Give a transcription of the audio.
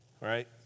right